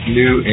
new